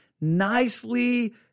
nicely